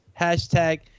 Hashtag